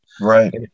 Right